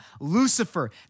Lucifer